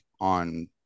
on